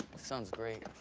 sounds great.